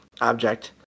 object